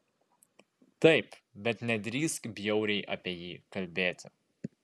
taip bet nedrįsk bjauriai apie jį kalbėti